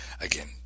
Again